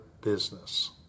Business